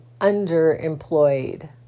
underemployed